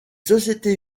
sociétés